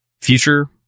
future